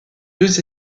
deux